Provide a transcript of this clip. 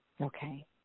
Okay